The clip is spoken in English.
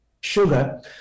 sugar